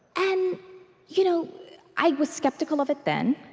and you know i was skeptical of it then.